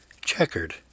checkered